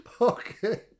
Okay